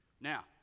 now